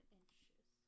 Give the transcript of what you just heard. inches